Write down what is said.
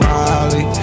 Molly